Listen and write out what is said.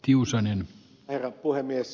herra puhemies